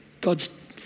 God's